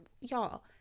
Y'all